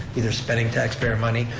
either spending taxpayer money,